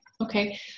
Okay